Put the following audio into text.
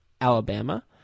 Alabama